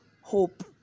hope